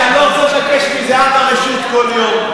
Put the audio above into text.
שאני לא רוצה לבקש מזהבה רשות כל יום.